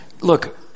look